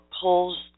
pulls